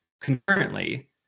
concurrently